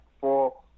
four